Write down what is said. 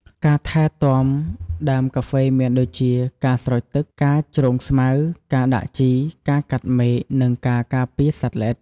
ការថែទាំដើមកាហ្វេមានដូចជា ការស្រោចទឹក ការជ្រំងស្មៅ ការដាក់ជី ការកាត់មែក និងការការពារសត្វល្អិត។